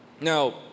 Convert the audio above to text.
Now